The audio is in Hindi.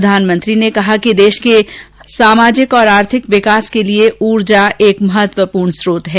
प्रधानमंत्री ने कहा कि देश के सामाजिक और आर्थिक विकास के लिए ऊर्जा एक महत्वपूर्ण स्रोत है